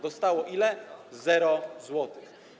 Dostało ile? 0 zł.